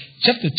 chapter